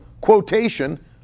quotation